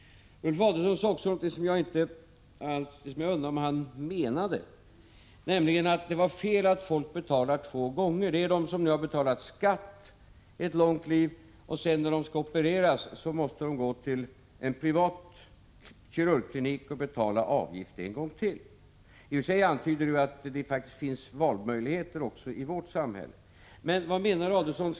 Ulf Adelsohn sade också någonting som jag undrar om han menade, nämligen att det var fel att folk betalar två gånger. Det gäller dem som har betalat skatt i ett långt liv och som, när de skall opereras, måste gå till en privat kirurgklinik och betala avgift en gång till. I och för sig antydde Ulf Adelsohn att det faktiskt finns valmöjligheter också i vårt samhälle. Men vad menar Ulf Adelsohn?